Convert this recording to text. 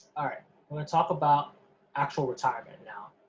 ah i'm going to talk about actual retirement now,